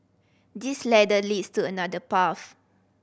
this ladder leads to another path